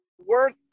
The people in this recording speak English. worth